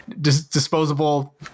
disposable